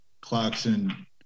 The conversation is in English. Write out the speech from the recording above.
Clarkson